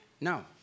No